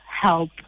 help